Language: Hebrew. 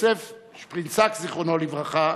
יוסף שפרינצק, זיכרונו לברכה,